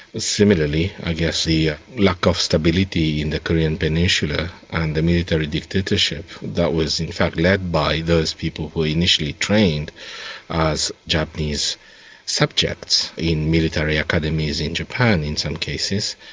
similarly i guess the ah lack of stability in the korean peninsula and the military dictatorship that was in fact led by those people who initially trained as japanese subjects in military academies in japan in some cases,